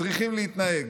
צריכים להתנהג.